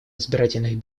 избирательных